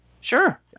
Sure